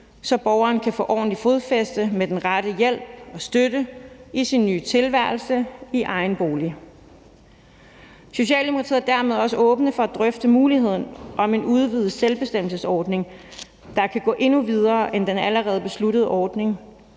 så borgeren kan få ordentligt fodfæste med den rette hjælp og støtte i sin nye tilværelse i egen bolig. Socialdemokratiet er dermed også åbne over for at drøfte muligheden om en udvidet selvbestemmelsesordning, der kan gå endnu videre end den allerede besluttede ordning,